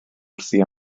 wrthi